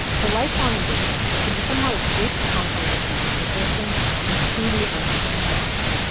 her lifelong ambition has been to somehow escape the confines of her human existence and truly understand dogs.